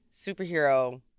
Superhero